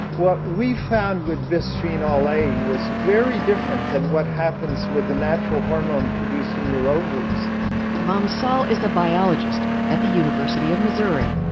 what we found with bisphenol a was very different than what happens with a natural hormone produced in your ovaries. narrator vom saal is a biologist at the university of missouri.